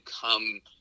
come